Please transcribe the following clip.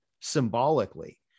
symbolically